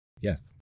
Yes